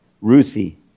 Ruthie